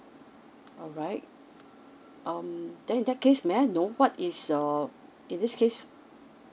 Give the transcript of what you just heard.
alright um then in that case may I know what is uh in this case